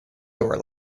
door